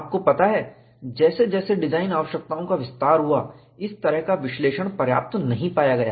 आपको पता है जैसे जैसे डिजाइन आवश्यकताओं का विस्तार हुआ इस तरह का विश्लेषण पर्याप्त नहीं पाया गया